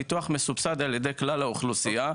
ביטוח מסובסד על ידי כלל האוכלוסייה.